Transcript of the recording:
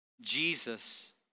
Jesus